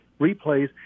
replays